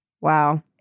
Wow